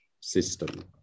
system